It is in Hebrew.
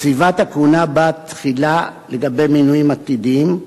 קציבת הכהונה באה תחילה לגבי מינויים עתידיים,